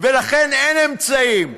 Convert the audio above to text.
ולכן אין אמצעים,